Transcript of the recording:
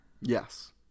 Yes